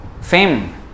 fame